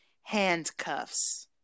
Handcuffs